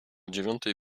dziewiątej